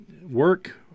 work